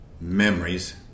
Memories